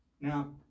Now